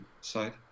side